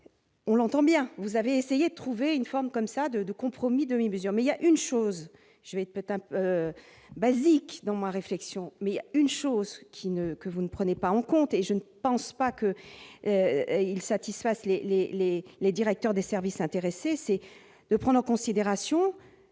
on l'entend bien, vous avez essayé de trouver une forme comme ça de de compromis demi-mesure mais il y a une chose, je vais peut-être un peu basique dans ma réflexion, mais il y a une chose qui ne que vous ne prenez pas en compte et je ne pense pas que ils satisfassent Les les directeurs des services intéressés, c'est de prendre en considération